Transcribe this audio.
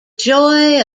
joy